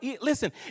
Listen